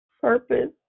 purpose